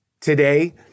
today